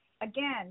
again